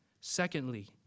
secondly